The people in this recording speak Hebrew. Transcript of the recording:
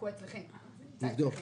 נבדוק.